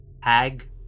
hag